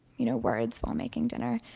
you know, words while making dinner.